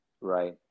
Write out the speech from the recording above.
right